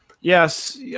Yes